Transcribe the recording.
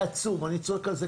במקום לפתוח משרדים מיותרים,